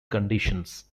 conditions